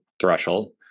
threshold